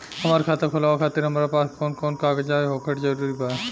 हमार खाता खोलवावे खातिर हमरा पास कऊन कऊन कागज होखल जरूरी बा?